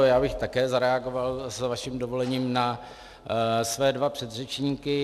Já bych také zareagoval s vaším dovolením na své dva předřečníky.